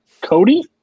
Cody